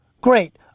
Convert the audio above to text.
Great